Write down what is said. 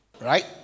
Right